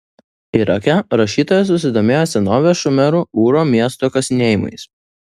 irake rašytoja susidomėjo senovės šumerų ūro miesto kasinėjimais